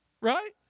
right